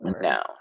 No